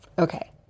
Okay